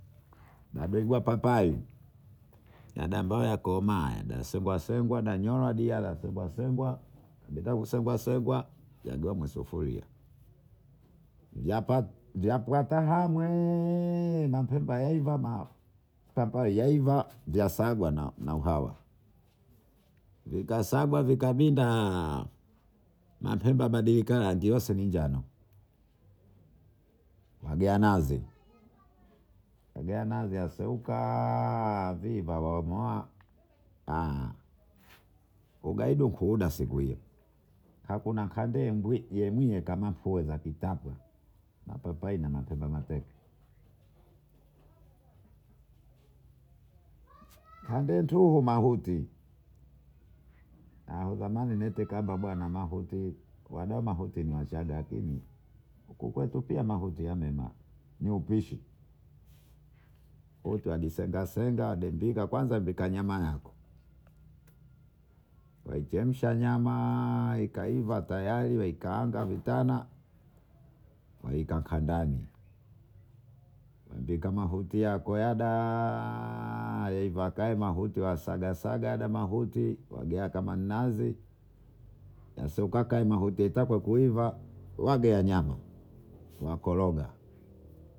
Nadeguwa papai yadagale komae dasengwasengwa danyola dei dasengwasengwa bits kusengwaseangwa gandua masufuria mapepa yaiva mapapai yaiva vyaswaga na uhawa vikasagwa vikavinda mapepa badilika rangi wesino njano mwagia nazi mwagia Nazi wasehuka viva waomoa ugaidi uguuda sikuhiyo hakunakambwendi yemwie kamapwiwe zakitapwa mapapai namapekepeke kandetuhuma huti zamani mahuti ni wachaga lakini hukukwetu pia mahutiamema ni upishi utiwadisengasenga wadipiga kwanza wapika nyamayako waichemshanyama ikaiva tayari waikaanga vitana waikakandani wapika mahuti yako yada yaiva yakahe mahuti wasagasaga yale mahuti wages kama ni nazi yasiokakae mahuti yasiotakakuiva wages nyama wakoroga